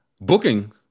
booking